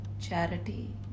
charity